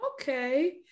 Okay